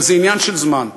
וזה עניין של זמן,